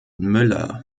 müller